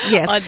Yes